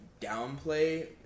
downplay